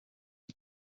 wyt